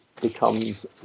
becomes